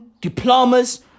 Diplomas